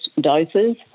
doses